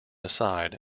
aside